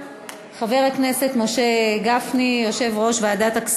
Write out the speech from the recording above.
2015, אושרה.